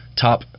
top